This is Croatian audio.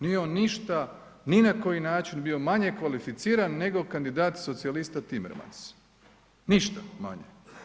Nije on ništa, ni na koji način bio manje kvalificiran nego kandidat socijalista Timermans, ništa manje.